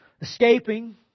Escaping